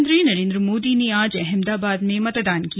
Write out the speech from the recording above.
प्रधानमंत्री नरेन्द्र मोदी ने आज अहमदाबाद में मतदान किया